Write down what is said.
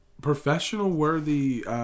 professional-worthy